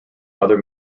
other